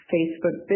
Facebook